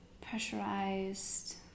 pressurized